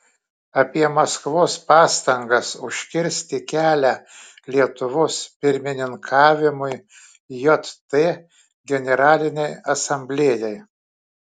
apie maskvos pastangas užkirsti kelią lietuvos pirmininkavimui jt generalinei asamblėjai